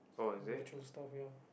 natural stuff ya